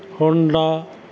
Honda